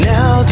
Now